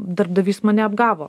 darbdavys mane apgavo